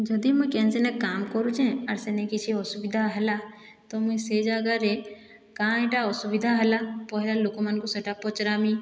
ଯଦି ମୁଁଈ କେନସିନେ କାମ କରୁଛେଁ ଆର୍ ସେନେ କିଛି ଅସୁବିଧା ହେଲା ତ ମୁଇଁ ସେ ଜାଗାରେ କାଁଏଟା ଅସୁବିଧା ହେଲା ପହେଲା ଲୋକମାନଙ୍କୁ ସେଟା ପଚରାମି